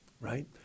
right